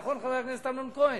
נכון, חבר הכנסת אמנון כהן?